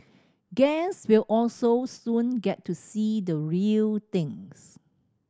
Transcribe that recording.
guests will also soon get to see the real thing